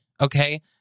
Okay